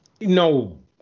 No